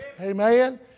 Amen